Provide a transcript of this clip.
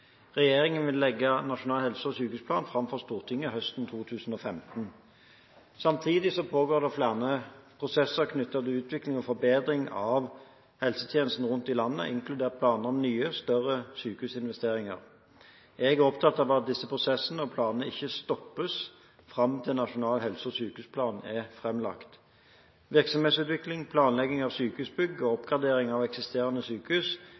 Regjeringen vil legge den nasjonale helse- og sykehusplanen fram for Stortinget høsten 2015. Samtidig pågår det flere prosesser knyttet til utvikling og forbedring av helsetjenesten rundt i landet, inkludert planer om nye, større sykehusinvesteringer. Jeg er opptatt av at disse prosessene og planene ikke stoppes fram til en nasjonal helse- og sykehusplan er framlagt. Virksomhetsutvikling, planlegging av sykehusbygg og oppgradering av eksisterende sykehus